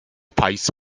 pipes